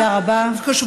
תודה רבה.